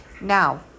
Now